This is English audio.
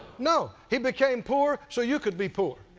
no. he became poor so you could be poor?